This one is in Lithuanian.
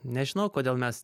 nežinau kodėl mes